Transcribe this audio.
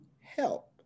help